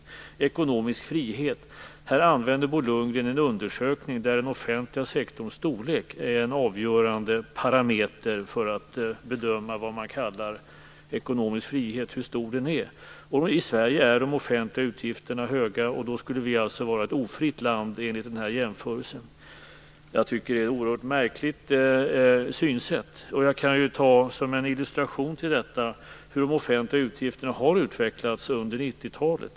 När det gäller ekonomisk frihet använder Bo Lundgren en undersökning där den offentliga sektorns storlek är en avgörande parameter för att bedöma vad man kallar ekonomisk frihet och hur stor denna är. I Sverige är de offentliga utgifterna höga, och då skulle vi alltså vara ett ofritt land enligt den här jämförelsen. Jag tycker att det är ett oerhört märkligt synsätt. Som illustration till det kan jag ta hur de offentliga utgifterna har utvecklats under 90-talet.